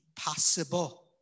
impossible